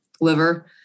liver